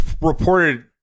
reported